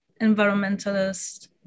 environmentalist